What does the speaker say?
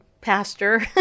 pastor